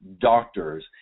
doctors